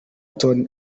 tony